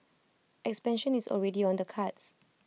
expansion is already on the cards